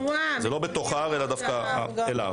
זה לא בתוך ההר אלא דווקא אל ההר.